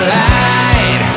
light